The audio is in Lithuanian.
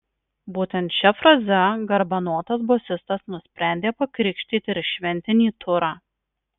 būtent šia fraze garbanotas bosistas nusprendė pakrikštyti ir šventinį turą